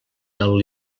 del